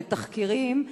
בתחקירים,